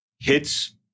hits